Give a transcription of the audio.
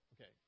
okay